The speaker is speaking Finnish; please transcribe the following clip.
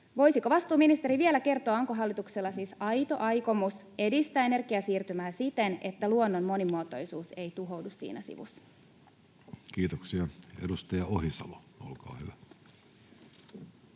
Voisiko vastuuministeri vielä kertoa, onko hallituksella siis aito aikomus edistää energiasiirtymää siten, että luonnon monimuotoisuus ei tuhoudu siinä sivussa? [Speech 360] Speaker: